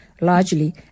largely